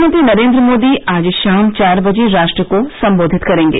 प्रधानमंत्री नरेंद्र मोदी आज शाम चार बजे राष्ट्र को संबोधित करेंगे